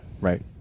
Right